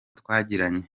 twagiranye